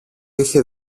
είχε